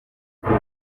kuri